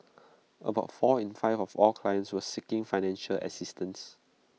about four in five of all clients were seeking financial assistance